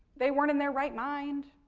they weren't in their right mind.